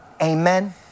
Amen